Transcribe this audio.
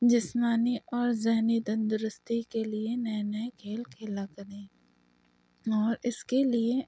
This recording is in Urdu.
جسمانی اور ذہنی تندرستی کے لیے نئے نئے کھیل کھیلا کریں اور اس کے لیے